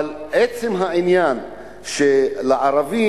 אבל עצם העניין הוא שהערבים,